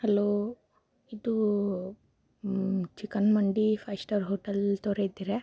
hello ಇದು chicken mandi five star ಹೋಟೆಲ್ದೋರೆ ಇದ್ದೀರಾ